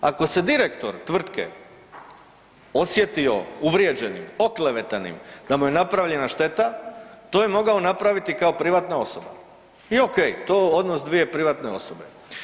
Ako se direktor tvrtke osjetio uvrijeđenim, oklevetanim, da mu je napravljena šteta to je mogao napraviti kao privatna osoba i ok, to je odnos dvije privatne osobe.